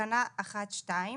בתקנה 1/2,